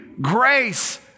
grace